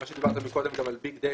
כמו שדיברת קודם על ביג דאטה,